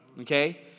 okay